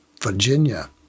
Virginia